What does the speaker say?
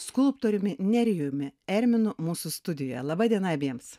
skulptoriumi nerijumi erminu mūsų studijoje laba diena abiems